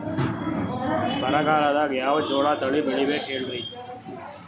ಬರಗಾಲದಾಗ್ ಯಾವ ಜೋಳ ತಳಿ ಬೆಳಿಬೇಕ ಹೇಳ್ರಿ?